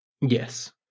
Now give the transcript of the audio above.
Yes